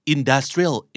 Industrial